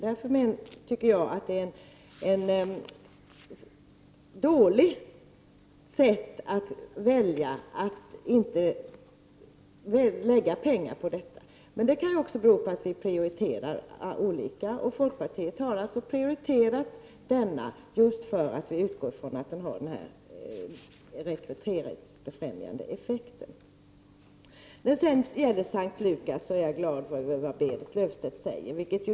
Därför tycker jag att det är dåligt att man inte vill lägga pengar på detta. Men det kan bero på att vi prioriterar olika. Vi i folkpartiet har alltså prioriterat denna utbildning på grund av att vi utgår från att den har rekryteringsbefrämjande effekter. Jag är glad över det som Berit Löfstedt sade om S:t Lukasstiftelsen.